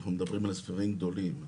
אנחנו מדברים על מספרים גדולים.